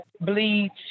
bleach